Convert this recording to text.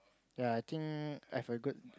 yea I think I've a good